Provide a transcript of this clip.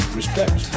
respect